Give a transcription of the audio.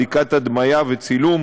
בדיקת הדמיה וצילום,